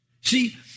See